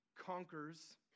conquers